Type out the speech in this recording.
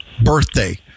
birthday